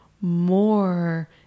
more